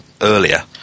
earlier